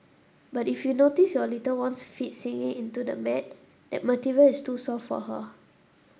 but if you notice your little one's feet sinking into the mat that material is too soft for her